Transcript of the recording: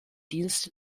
dienste